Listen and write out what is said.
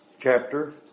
chapter